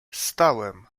stałem